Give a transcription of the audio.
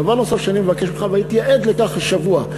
דבר נוסף שאני מבקש ממך, והייתי עד לכך השבוע,